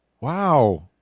Wow